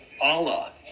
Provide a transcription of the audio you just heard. Allah